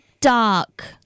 dark